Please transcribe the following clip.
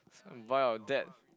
buy your Dad